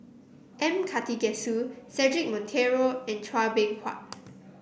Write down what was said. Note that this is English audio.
M Karthigesu Cedric Monteiro and Chua Beng Huat